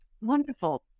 Wonderful